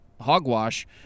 hogwash